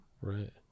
Right